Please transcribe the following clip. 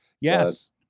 Yes